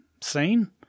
seen